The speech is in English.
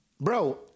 Bro